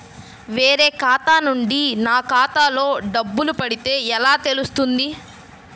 వేరే ఖాతా నుండి నా ఖాతాలో డబ్బులు పడితే ఎలా తెలుస్తుంది?